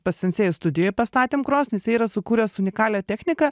pas sensėjų studijoj pastatėm krosnį jisai yra sukūręs unikalią techniką